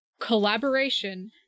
collaboration